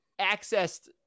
accessed